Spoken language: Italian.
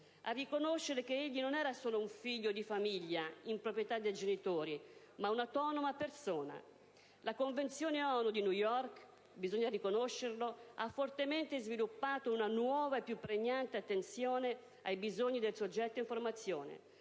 a riconoscere che egli non era solo un figlio di famiglia in proprietà dei genitori, ma un'autonoma persona (...). La Convenzione ONU di New York - bisogna riconoscerlo - ha fortemente sviluppato una nuova e più pregnante attenzione ai bisogni del soggetto in formazione,